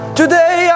today